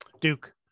duke